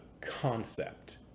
concept